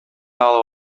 алып